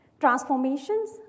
Transformations